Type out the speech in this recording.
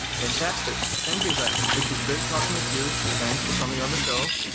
fantastic. thank you, zach. it was great talking with you. thanks for coming on the show.